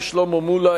שלמה מולה,